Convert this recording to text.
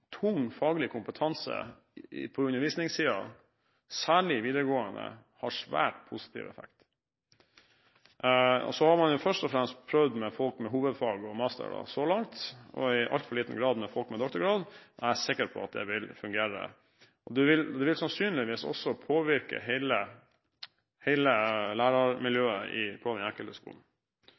tung faglig kompetanse på undervisningssiden, særlig i videregående, har svært positiv effekt. Man har først og fremst prøvd med folk med hovedfag og mastergrad så langt, og i altfor liten grad med folk med doktorgrad. Jeg er sikker på at det vil fungere, og det vil sannsynligvis også påvirke hele læremiljøet på den enkelte skolen. I